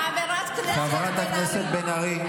חברת הכנסת בן ארי.